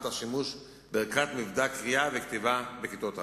השימוש בערכת מבדק קריאה וכתיבה בכיתות א'.